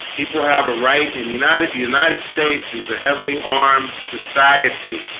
people have a right in the united the united states is a heavily armed society